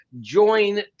Join